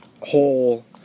whole